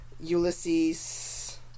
Ulysses